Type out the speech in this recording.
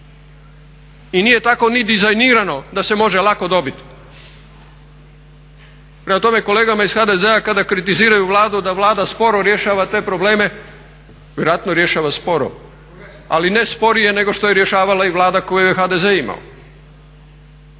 I nije tako ni dizajnirano da se može lako dobiti. Prema tome, kolegama iz HDZ-a kada kritiziraju Vladu da Vlada sporo rješava te probleme vjerojatno rješava sporo ali ne sporije nego što je rješavala i Vlada koju je HDZ imao.